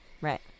Right